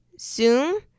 Zoom